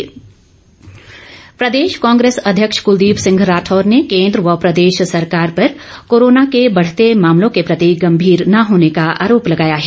कुलदीप राठौर प्रदेश कांग्रेस अध्यक्ष कुलदीप सिंह राठौर ने केंद्र व प्रदेश सरकार पर कोरोना के बढ़ते मामलों के प्रति गंभीर न होने का आरोप लगाया है